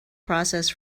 process